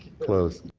closed.